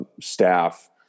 staff